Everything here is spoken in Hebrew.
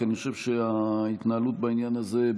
כי אני חושב שההתנהלות בעניין הזה,